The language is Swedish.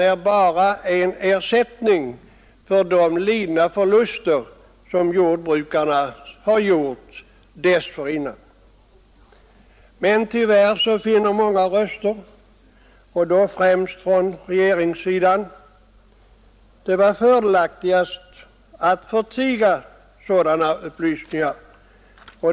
Det blir bara en ersättning för förluster som jordbrukarna lidit tidigare. Men tyvärr finner många, främst på regeringssidan, det vara fördelaktigare att förtiga sådana upplysningar.